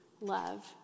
love